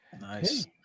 nice